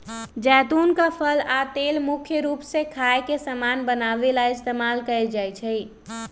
जैतुन के फल आ तेल मुख्य रूप से खाए के समान बनावे ला इस्तेमाल कएल जाई छई